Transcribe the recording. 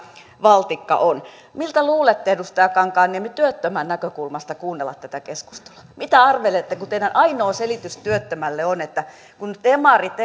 valtikka on millaista luulette että on edustaja kankaanniemi työttömän näkökulmasta kuunnella tätä keskustelua mitä arvelette kun teidän ainoa selityksenne työttömälle on että kun demarit